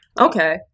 Okay